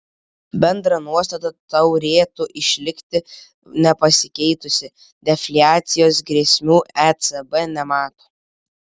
bendra nuostata turėtų išlikti nepasikeitusi defliacijos grėsmių ecb nemato